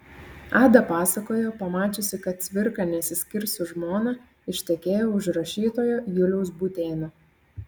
ada pasakojo pamačiusi kad cvirka nesiskirs su žmona ištekėjo už rašytojo juliaus būtėno